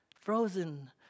frozen